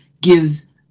gives